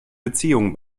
beziehungen